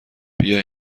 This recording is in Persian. بیا